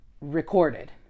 recorded